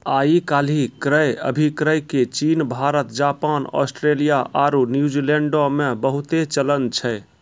आइ काल्हि क्रय अभिक्रय के चीन, भारत, जापान, आस्ट्रेलिया आरु न्यूजीलैंडो मे बहुते चलन छै